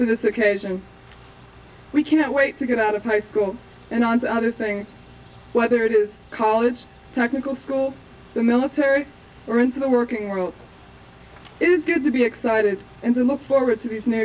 this occasion we can't wait to get out of high school and on to other things whether it is college technical school the military or into the working world it is good to be excited and to look forward to these new